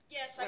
Yes